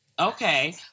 Okay